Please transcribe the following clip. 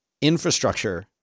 infrastructure